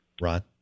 Ron